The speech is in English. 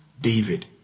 David